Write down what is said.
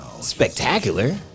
spectacular